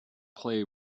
play